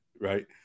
Right